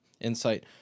insight